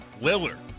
Willard